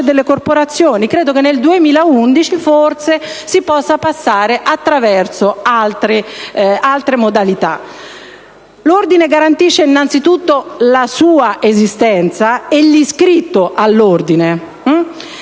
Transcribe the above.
delle corporazioni. Credo che nel 2011 forse si possa passare attraverso altre modalità. L'ordine garantisce innanzitutto la sua esistenza e l'iscritto all'ordine.